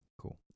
Cool